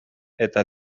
eta